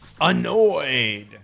Annoyed